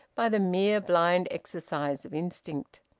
by the mere blind exercise of instinct.